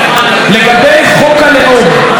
לגבי חוק הלאום,